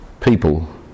people